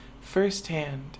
firsthand